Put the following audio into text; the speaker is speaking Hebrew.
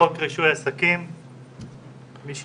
חוק רישוי עסקים מ-1968,